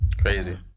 Crazy